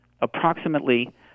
approximately